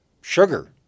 sugar